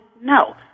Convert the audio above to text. No